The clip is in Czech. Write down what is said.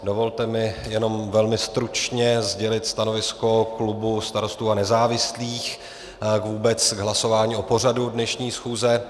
Dovolte mi jen velmi stručně sdělit stanovisko klubu Starostů a nezávislých k hlasování o pořadu dnešní schůze.